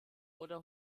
oder